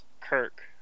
Kirk